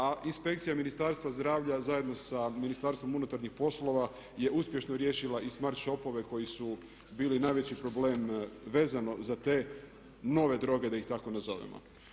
A inspekcija Ministarstva zdravlja zajedno sa Ministarstvom unutarnjih poslova je uspješno riješila i smart shopove koji su bili najveći problem vezano za te nove droge da ih tako nazovemo.